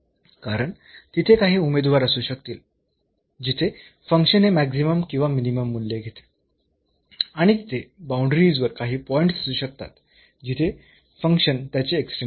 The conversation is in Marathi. कारण तिथे काही उमेदवार असू शकतील जिथे फंक्शन हे मॅक्सिमम किंवा मिनिमम मूल्य घेते आणि तिथे बाऊंडरीज वर काही पॉईंट्स असू शकतात जिथे फंक्शन त्याचे एक्स्ट्रीमा घेते